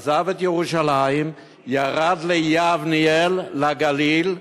עזב את ירושלים, ירד ליבנאל, לגליל,